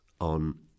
on